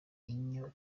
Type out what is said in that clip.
inyo